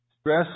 Stress